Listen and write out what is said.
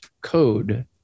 code